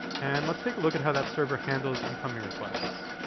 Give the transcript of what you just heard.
and let's take a look at how that server handles incoming requests.